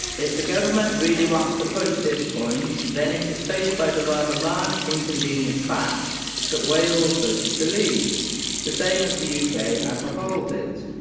if the government really wants to push this point, then it is faced by the rather large, inconvenient fact that wales voted to leave the same as the yeah uk as a whole did.